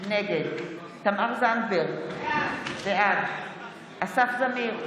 נגד תמר זנדברג, בעד אסף זמיר,